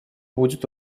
будет